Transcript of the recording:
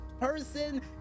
person